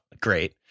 great